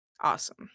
awesome